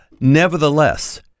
Nevertheless